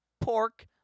Pork